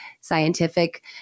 scientific